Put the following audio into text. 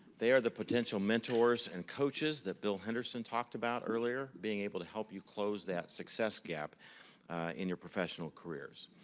they are the potential mentors and coaches that bill henderson talked about earlier. being able to help you close that success gap in your professional careers.